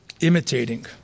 imitating